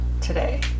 today